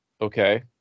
okay